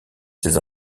ses